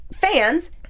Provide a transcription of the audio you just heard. fans